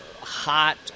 hot